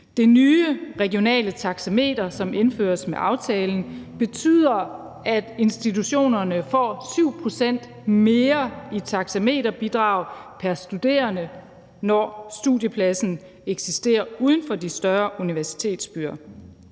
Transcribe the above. Det nye regionale taxameter, der indføres med aftalen, betyder, at institutionerne få 7 pct. mere i taxameterbidrag pr. studerende, når studiepladsen eksisterer uden for de større universitetsbyer.